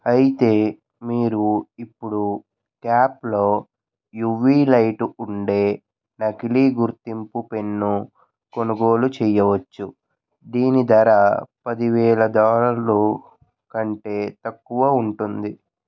అయితే మీరు ఇప్పుడు క్యాప్లో యూవి లైటు ఉండే నకిలీ గుర్తింపు పెన్ను కొనుగోలు చేయవచ్చు దీని ధర పదివేల డాలర్లు కంటే తక్కువ ఉంటుంది